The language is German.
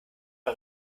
den